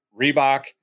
Reebok